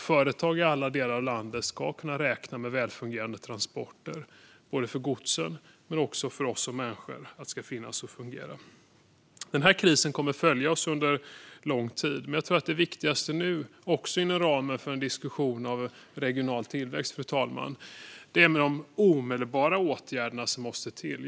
Företag i alla delar av landet ska kunna räkna med välfungerande transporter både för godsen och för oss som människor. Den här krisen kommer att följa oss under lång tid. Jag tror att det viktigaste nu, också inom ramen för en diskussion om regional tillväxt, fru talman, är de omedelbara åtgärder som måste till.